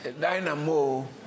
Dynamo